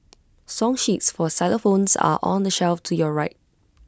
song sheets for xylophones are on the shelf to your right